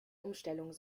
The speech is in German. umstellung